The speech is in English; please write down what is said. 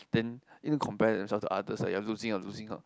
then in compare themselves to others that you are losing out losing out